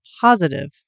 positive